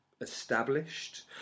established